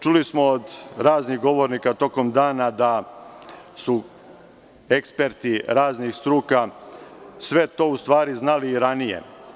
Čuli smo od raznih govornika tokom dana da su eksperti raznih struka sve to u stvari znali i ranije.